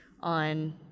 on